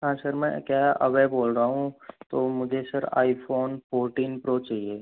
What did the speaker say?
हाँ सर मैं क्या अभय बोल रहा हूँ तो मुझे sir iPhone fourteen pro चाहिए